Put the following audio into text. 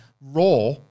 Raw